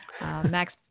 Max